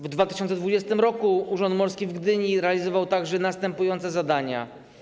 W 2020 r. Urząd Morski w Gdyni realizował także następujące zadania.